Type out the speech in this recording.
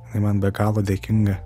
jinai man be galo dėkinga